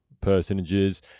personages